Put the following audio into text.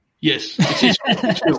Yes